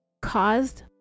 caused